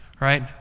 right